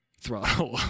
throttle